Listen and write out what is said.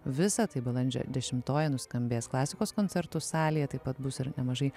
visą tai balandžio dešimtoji nuskambės klasikos koncertų salėje taip pat bus ir nemažai